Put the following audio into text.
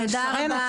תודה רבה על הדברים.